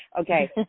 Okay